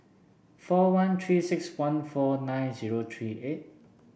four one Three six one four nine zero three eight